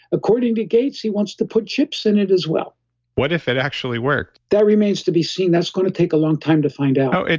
according to gates, he wants to put chips in it as well what if it actually worked? that remains to be seen, that's going to take a long time to find out oh,